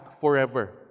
forever